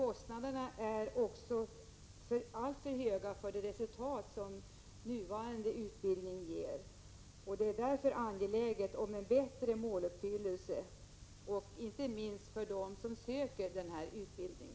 Kostnaderna är alltför höga för det resultat som nuvarande utbildning ger. Det är därför angeläget att få en bättre måluppfyllelse, inte minst för dem som söker sig till denna utbildning.